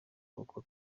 kuko